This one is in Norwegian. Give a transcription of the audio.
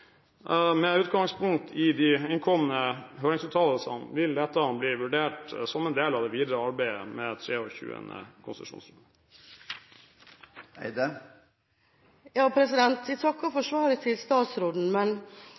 Med utgangspunkt i de innkommende høringsuttalelsene, vil dette bli vurdert som en del av det videre arbeidet med 23. konsesjonsrunde. Jeg takker for svaret til statsråden. Men